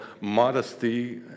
modesty